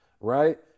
right